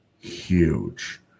huge